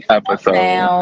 episode